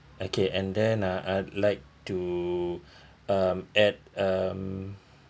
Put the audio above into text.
okay and then uh I'd like to um add um